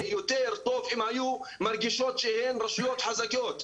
יותר טוב אם היו מרגישות שהן רשויות חזקות.